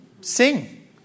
Sing